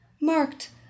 Marked